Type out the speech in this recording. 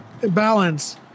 balance